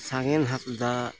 ᱥᱟᱜᱮᱱ ᱦᱟᱸᱥᱫᱟ